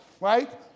right